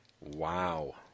Wow